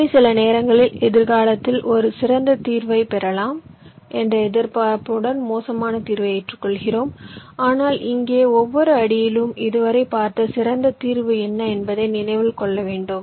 எனவே சில நேரங்களில் எதிர்காலத்தில் ஒரு சிறந்த தீர்வைப் பெறலாம் என்ற எதிர்பார்ப்புடன் மோசமான தீர்வை ஏற்றுக்கொள்ளலாம் ஆனால் இங்கே ஒவ்வொரு அடியிலும் இதுவரை பார்த்த சிறந்த தீர்வு என்ன என்பதை நினைவில் கொள்ள வேண்டும்